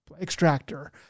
extractor